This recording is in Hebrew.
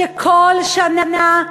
שכל שנה,